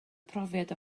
profiad